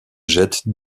jette